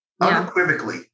unequivocally